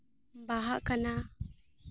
ᱵᱟᱦᱟᱜ ᱠᱟᱱᱟ